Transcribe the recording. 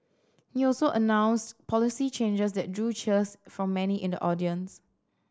he also announced policy changes that drew cheers from many in the audience